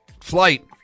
flight